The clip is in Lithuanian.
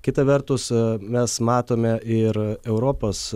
kita vertus mes matome ir europos